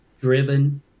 driven